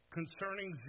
concerning